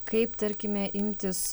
kaip tarkime imtis